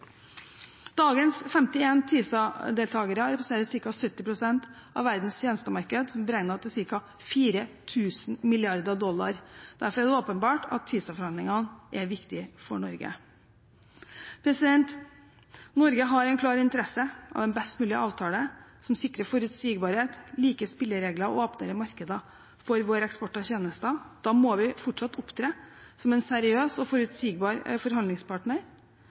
Dagens 51 TISA-deltagere representerer ca. 70 pst. av verdens tjenestemarked, som er beregnet til ca. 4 000 mrd. dollar. Derfor er det åpenbart at TISA-forhandlingene er viktige for Norge. Norge har en klar interesse av en best mulig avtale som sikrer forutsigbarhet, like spilleregler og åpnere markeder for vår eksport av tjenester. Da må vi fortsatt opptre som en seriøs og forutsigbar forhandlingspartner